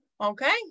Okay